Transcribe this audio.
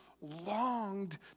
longed